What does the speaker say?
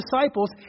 disciples